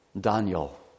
Daniel